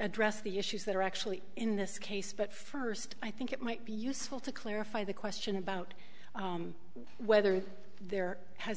address the issues that are actually in this case but first i think it might be useful to clarify the question about whether there has